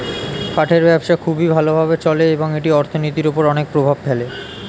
কাঠের ব্যবসা খুবই ভালো ভাবে চলে এবং এটি অর্থনীতির উপর অনেক প্রভাব ফেলে